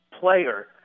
player